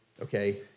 Okay